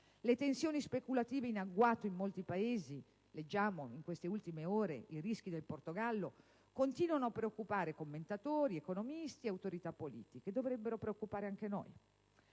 le tensioni speculative in agguato in molti Paesi (leggiamo in queste ultime ore le notizie relative ai rischi del Portogallo) continuano a preoccupare commentatori, economisti ed autorità politiche e dovrebbero preoccupare anche noi.